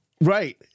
Right